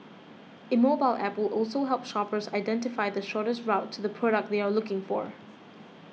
a mobile App will also help shoppers identify the shortest to the product they are looking for